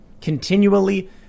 continually